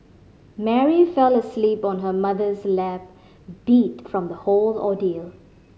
Mary fell asleep on her mother's lap beat from the whole ordeal